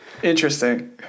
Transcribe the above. Interesting